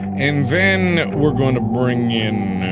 and then we are going to bring in.